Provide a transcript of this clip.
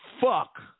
fuck